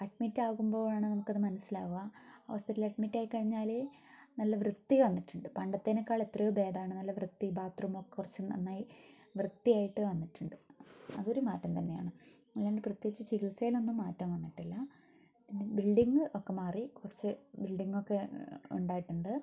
admit ആകുമ്പോഴാണ് നമുക്കത് മനസ്സിലാവുക ഹോസ്പിറ്റല് അഡ്മിറ്റ് ആയിക്കഴിഞ്ഞാൽ നല്ല വൃത്തി വന്നിട്ടുണ്ട് പണ്ടത്തേതിനെക്കാളും എത്രയോ ഭേദമാണ് നല്ല വൃത്തി ബാത്ത് റൂമൊക്കെ കുറച്ച് നന്നായി വൃത്തിയായിട്ട് വന്നിട്ടുണ്ട് അതൊരു മാറ്റം തന്നെയാണ് അല്ലാണ്ട് പ്രതേകിച്ച് ചികിത്സയിലൊന്നും മാറ്റം വന്നിട്ടില്ല പിന്നെ ബിൽഡിങ്ങ് ഒക്കെ മാറി കുറച്ച് ബിൽഡിങ്ങ് ഒക്കെ ഉണ്ടായിട്ടുണ്ട്